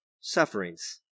sufferings